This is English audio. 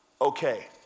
okay